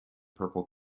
purple